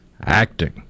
Acting